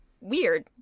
weird